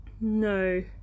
No